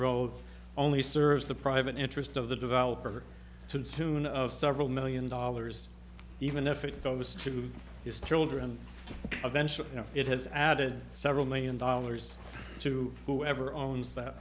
road only serves the private interest of the developer to the tune of several million dollars even if it goes to his children eventually you know it has added several million dollars to whoever owns that